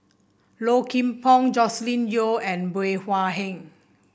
Low Kim Pong Joscelin Yeo and Bey Hua Heng